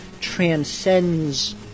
transcends